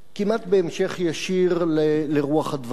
כמעט בהמשך ישיר לרוח הדברים